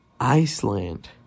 Iceland